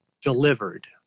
delivered